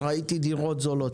וראיתי דירות זולות.